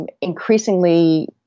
increasingly